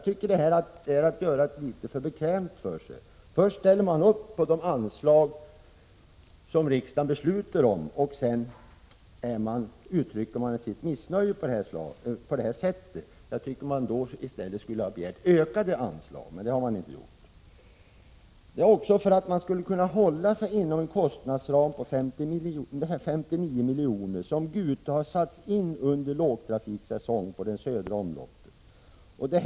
Övriga interpellanter gör det litet för bekvämt för sig; först ställer de sig bakom de anslag som riksdagen beslutar om, och sedan uttrycker de sitt missnöje på detta sätt. De skulle i stället ha begärt ökade anslag, men det har de inte gjort. Det är också för att Gotlandstrafiken skall kunna hållas inom en kostnadsram på 59 milj.kr. som Gute har satts in under lågtrafiksäsong i det södra omloppet.